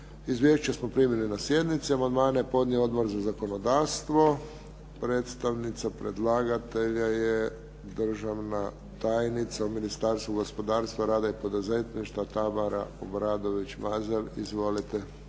Izvješća smo primili na sjednici. Amandmane je podnio Odbor za zakonodavstvo. Predstavnica predlagatelja je državna tajnica u Ministarstvu gospodarstva, rada i poduzetništva Tamara Obradović Mazal. Izvolite.